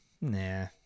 Nah